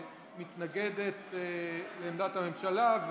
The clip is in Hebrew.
היא מתנגדת לעמדת הממשלה,